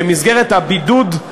במסגרת הבידוד,